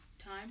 Time